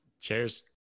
Cheers